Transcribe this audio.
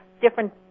different